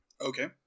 Okay